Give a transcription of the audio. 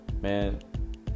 man